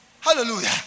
hallelujah